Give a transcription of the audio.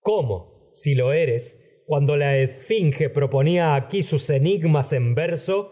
cómo si lo enigmas en eres cuando la es no finge proponía aquí a sus verso